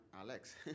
Alex